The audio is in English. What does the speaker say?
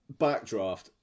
Backdraft